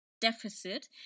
deficit